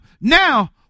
Now